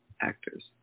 actors